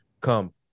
come